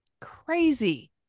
Crazy